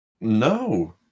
No